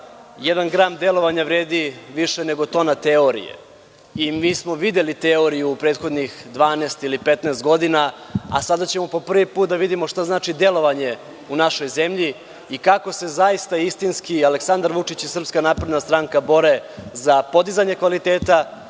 gram delovanja vredi više nego tona teorije. Mi smo videli teoriju u prethodnim dvanaest ili petnaest godina, a sada ćemo po prvi put da vidimo šta znači delovanje u našoj zemlji i kako se zaista istinski Aleksandar Vučić i Srpska napredna stranka bore za podizanje kvaliteta